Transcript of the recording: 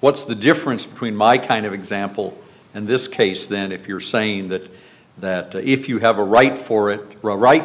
what's the difference between my kind of example and this case that if you're saying that that if you have a right for it right